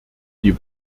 die